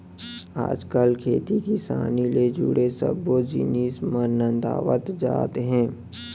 आज काल खेती किसानी ले जुड़े सब्बे जिनिस मन नंदावत जात हें